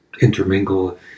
intermingle